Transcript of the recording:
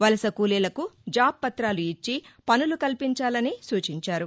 వలస కూలీలకు జాబ్ పుతాలు ఇచ్చి పనులు కల్పించాలని సూచించారు